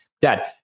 Dad